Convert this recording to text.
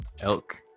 Elk